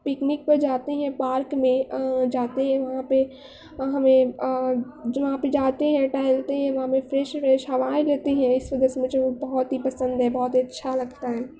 picnic پر جاتے ہیں پارک میں جاتے ہیں وہاں پہ ہمیں جہاں پہ جاتے ہیں ٹہلتے ہیں وہاں پہ فریش فریش ہوائیں لیتے ہیں اس وجہ سے مجھے وہ بہت ہی پسند ہیں بہت ہی اچھا لگتا ہیں